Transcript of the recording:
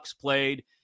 played